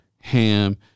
ham